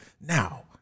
Now